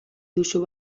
duzu